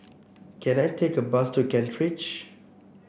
can I take a bus to Kent Ridge